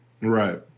right